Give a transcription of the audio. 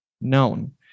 known